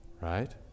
right